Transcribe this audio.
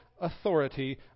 authority